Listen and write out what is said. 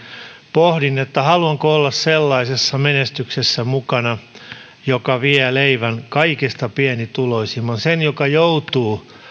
pohdin haluanko olla mukana sellaisessa menestyksessä joka vie leivän kaikista pienituloisimmalta siltä joka joutuu